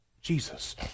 Jesus